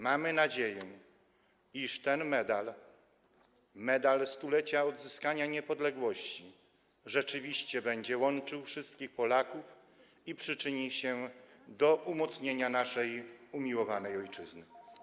Mamy nadzieję, iż ten medal, Medal Stulecia Odzyskanej Niepodległości, rzeczywiście będzie łączył wszystkich Polaków i przyczyni się do umocnienia naszej umiłowanej ojczyzny.